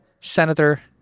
senator